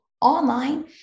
online